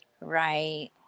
right